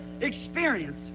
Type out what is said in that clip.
experience